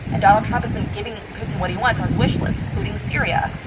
and donald trump has been giving putin what he wants on his wish list, including syria.